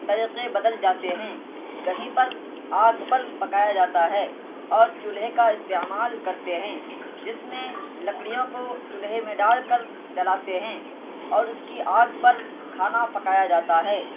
طریقے بدل جاتے ہیں کہیں پر آگ پر پکایا جاتا ہے اور چولھے کا استعمال کرتے ہیں جس میں لکڑیوں کو چولھے میں ڈال کر جلاتے ہیں اور اس کی آگ پر کھانا پکایا جاتا ہے